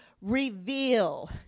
reveal